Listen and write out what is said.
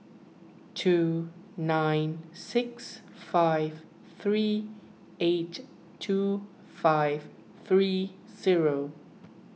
two nine six five three eight two five three zero